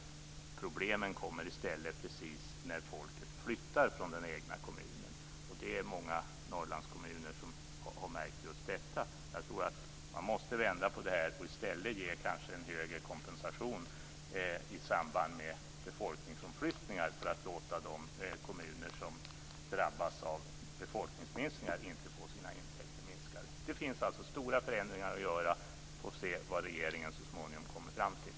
Problemen kommer i stället när folk flyttar från kommunen. Det är många Norrlandskommuner som har märkt det. Man måste vända på detta och i stället ge en högre kompensation i samband med befolkningsomflyttningar för att inte minska intäkterna för de kommuner som drabbas av befolkningsminskningar. Det finns alltså stora förändringar att göra. Vi får se vad regeringen så småningom kommer fram till.